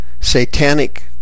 satanic